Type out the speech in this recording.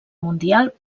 mundial